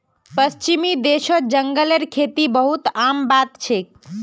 पश्चिमी देशत जंगलेर खेती बहुत आम बात छेक